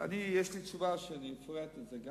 יש לי תשובה ואני אפרט את זה.